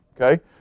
Okay